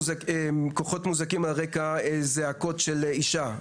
כוחות מוזעקים על רקע צעקות של אישה,